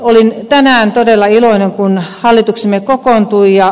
olin tänään todella iloinen kun hallituksemme kokoontui